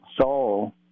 Saul